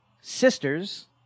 Sisters